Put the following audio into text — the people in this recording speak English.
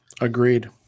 Agreed